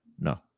No